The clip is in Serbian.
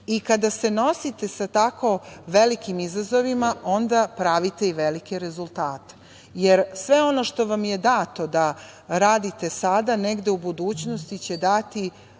Kada se nosite sa tako velikim izazovima onda pravite i velike rezultate, jer sve ono što vam je dato da radite sada negde u budućnosti će dati